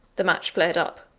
the match flared up.